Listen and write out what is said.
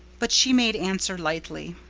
but she made answer lightly.